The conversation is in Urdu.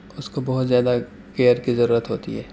اس کو بہت زیادہ کیئر کی ضرورت ہوتی ہے